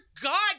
God